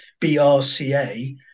brca